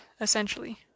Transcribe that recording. Essentially